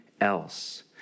else